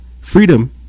Freedom